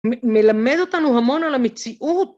מלמד אותנו המון על המציאות.